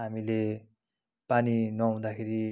हामीले पानी नहुँदाखेरि